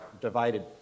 divided